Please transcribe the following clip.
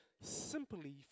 simply